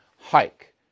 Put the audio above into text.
hike